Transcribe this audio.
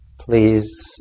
Please